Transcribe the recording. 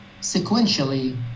sequentially